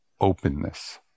openness